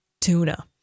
Tuna